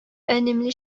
önemli